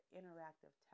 interactive